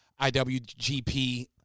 IWGP